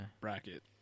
bracket